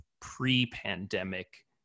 pre-pandemic